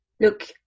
look